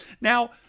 Now